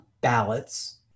ballots